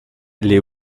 les